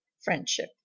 friendship